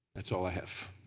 that's all i have.